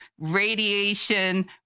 radiation